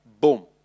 boom